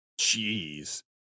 jeez